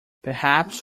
perhaps